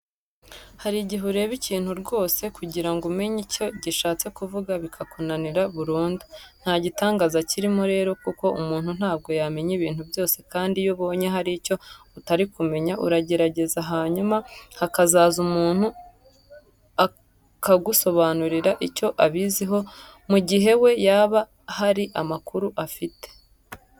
Hari igihe ureba ikintu rwose kugira ngo umenye icyo gishatse kuvuga bikakunanira burundu. Nta gitangaza kirimo rero kuko umuntu ntabwo yamenya ibintu byose kandi iyo ubonye hari icyo utari kumenya urategereza hanyuma hakazaza umuntu akagusobanurira icyo abiziho mu gihe we yaba hari amakuru afite.